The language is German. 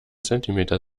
zentimeter